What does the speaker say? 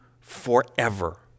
forever